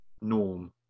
norm